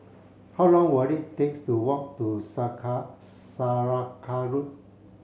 how long will it take to walk to Saraca Road